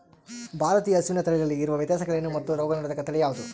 ಭಾರತೇಯ ಹಸುವಿನ ತಳಿಗಳಲ್ಲಿ ಇರುವ ವ್ಯತ್ಯಾಸಗಳೇನು ಮತ್ತು ರೋಗನಿರೋಧಕ ತಳಿ ಯಾವುದು?